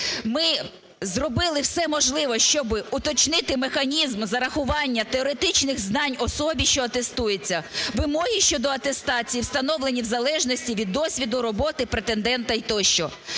ми зробили все можливе, щоби уточнити механізм зарахування теоретичних знань особі, що атестується, вимоги щодо атестації встановлені в залежності від досвіду роботи претендента тощо.